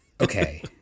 Okay